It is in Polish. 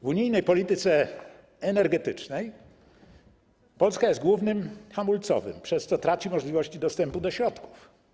W unijnej polityce energetycznej Polska jest głównym hamulcowym, przez co traci możliwości dostępu do środków.